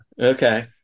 Okay